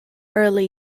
early